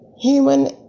Human